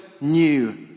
new